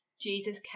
Jesus